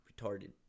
retarded